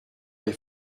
est